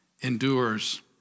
endures